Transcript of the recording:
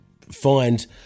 find